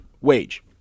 wage